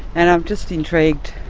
and i'm just intrigued,